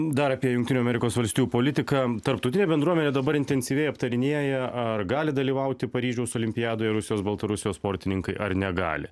dar apie jungtinių amerikos valstijų politiką tarptautinė bendruomenė dabar intensyviai aptarinėja ar gali dalyvauti paryžiaus olimpiadoje rusijos baltarusijos sportininkai ar negali